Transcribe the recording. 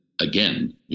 Again